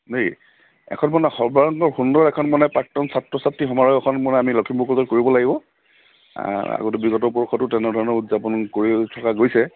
দেই এখন মানে সৰ্বাংগ সুন্দৰ এখন মানে প্ৰাক্তন ছাত্ৰ ছাত্ৰী সমাৰোহ এখন মানে আমি লখিমপুৰ কলেজত কৰিব লাগিব আগতে বিগত বৰ্ষতো তেনেধৰণৰ উদযাপন কৰি থকা গৈছে